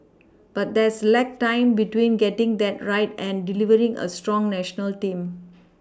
but there's lag time between getting that right and delivering a strong national team